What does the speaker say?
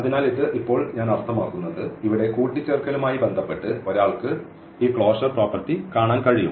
അതിനാൽ ഇത് ഇപ്പോൾ ഞാൻ അർത്ഥമാക്കുന്നത് ഇവിടെ കൂട്ടിച്ചേർക്കലുമായി ബന്ധപ്പെട്ട് ഒരാൾക്ക് ഈ ക്ലോഷർ പ്രോപ്പർട്ടി കാണാൻ കഴിയും